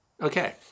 Okay